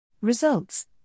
Results